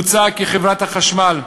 מוצע כי חברת החשמל,